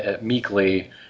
meekly